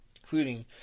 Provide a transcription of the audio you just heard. including